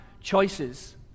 choices